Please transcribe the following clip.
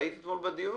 שיש ביטוחי משכנתאות